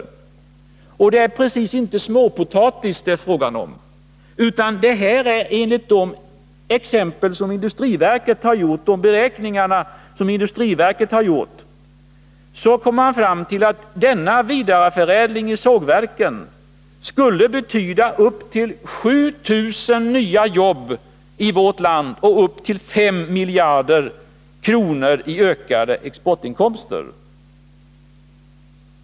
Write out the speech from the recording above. Det är inte precis småpotatis det är fråga om, utan enligt de beräkningar som industriverket har gjort skulle vidareförädlingen i sågverken kunna betyda upp till 7 000 nya jobb i vårt land och upp till 5 miljarder kronor i ökade exportinkomster.